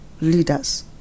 leaders